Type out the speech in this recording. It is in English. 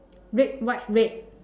red white red